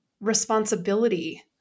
responsibility